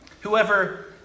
Whoever